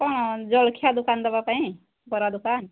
କ'ଣ ଜଳଖିଆ ଦୋକାନ ଦେବା ପାଇଁ ବରା ଦୋକାନ